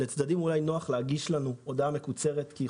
לצדדים נוח להגיש לנו הודעה מקוצרת כי היא